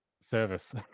service